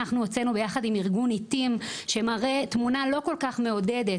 אנחנו הוצאנו ביחד עם ארגון "עתים" שמראה תמונה לא כל כך מעודדת